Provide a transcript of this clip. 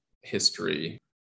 history